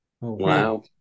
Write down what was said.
Wow